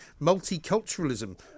multiculturalism